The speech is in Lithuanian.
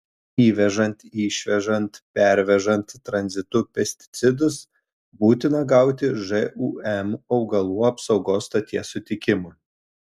įvežant išvežant pervežant tranzitu pesticidus būtina gauti žūm augalų apsaugos stoties sutikimą